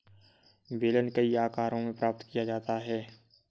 बेलन कई आकारों में प्राप्त किया जाता है